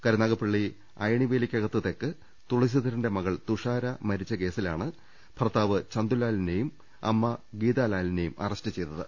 കരുനാഗപ്പള്ളി അയണിവേലിക്കകത്ത് തെക്ക് തുളസീധരന്റെ മകൾ തുഷാര മരിച്ച കേസിലാണ് ഭർത്താവ് ചന്തുലാലിനെയും അമ്മ ഗീതാലാലിനെയും അറസ്റ്റ് ചെയ്തത്